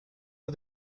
for